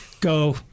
go